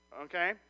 okay